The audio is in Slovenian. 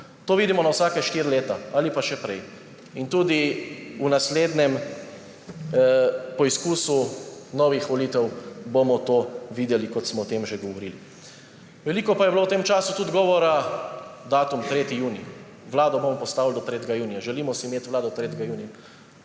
to vidimo na vsake štiri leta ali pa še prej. In tudi v naslednjem poizkusu novih volitev bomo to videli, kot smo o tem že govorili. Veliko pa je bilo v tem času tudi govora o datumu 3. junij – vlado bomo postavili do 3. junija, želimo si imeti vlado 3. junija.